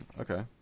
Okay